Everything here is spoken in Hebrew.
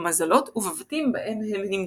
במזלות ובבתים בהם הם נמצאים.